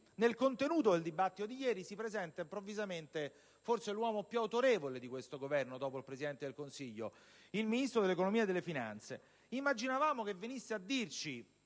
Nel corso del dibattito di ieri si presenta improvvisamente l'uomo forse più autorevole di questo Governo dopo il Presidente del Consiglio, il Ministro dell'economia e delle finanze. Immaginavamo venisse a dirci